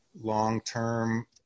long-term